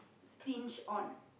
sting on